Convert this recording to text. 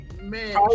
man